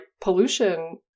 pollution